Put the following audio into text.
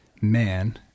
man